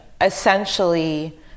essentially